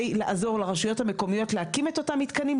לעזור לרשויות המקומיות להקים את אותם מתקנים,